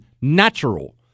natural